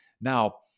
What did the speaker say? Now